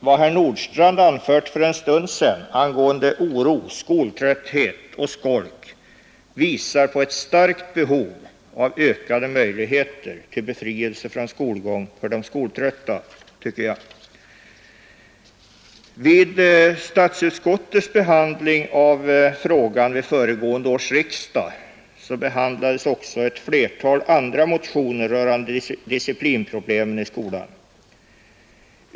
Vad herr Nordstrandh för en stund sedan anförde angående oro, skoltrötthet och skolk tycker jag också tyder på ett starkt behov av ökade möjligheter till befrielse från skolgång för de skoltrötta. Vid statsutskottets behandling av denna fråga vid förra årets riksdag behandlades även ett flertal andra motioner rörande disciplinproblemen i skolan.